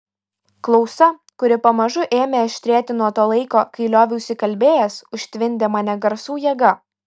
klausa kuri pamažu ėmė aštrėti nuo to laiko kai lioviausi kalbėjęs užtvindė mane garsų jėga